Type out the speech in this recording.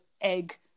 egg